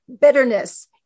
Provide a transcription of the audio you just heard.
Bitterness